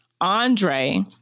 Andre